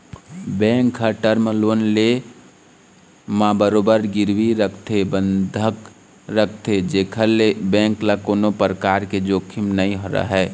bank ह term loan के ले म बरोबर गिरवी रखथे बंधक रखथे जेखर ले बेंक ल कोनो परकार के जोखिम नइ रहय